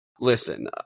listen